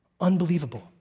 Unbelievable